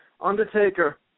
Undertaker